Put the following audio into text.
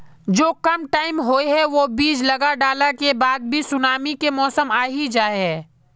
जो कम टाइम होये है वो बीज लगा डाला के बाद भी सुनामी के मौसम आ ही जाय है?